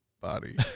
body